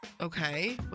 Okay